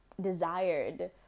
desired